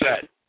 set